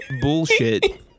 bullshit